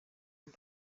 amb